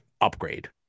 upgrade